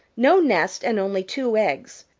no nest and only two eggs.